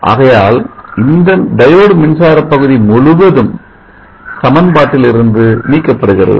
ஆகையால் இந்த diode மின்சார பகுதி முழுவதும் சமன்பாட்டில் இருந்து நீக்கப்படுகிறது